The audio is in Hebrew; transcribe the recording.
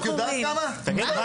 זאת דיבה.